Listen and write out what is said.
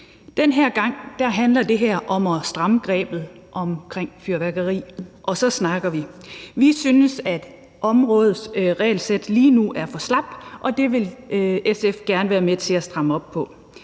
Den her gang handler det om at stramme grebet om fyrværkeri. Og så snakker vi. Vi synes, at områdets regelsæt lige nu er for slapt, og det vil SF gerne være med til at stramme op på.